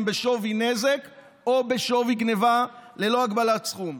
בשווי נזק או בשווי גנבה ללא הגבלת סכום.